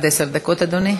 עד עשר דקות, אדוני.